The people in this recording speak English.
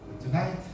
Tonight